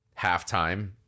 halftime